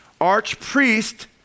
Archpriest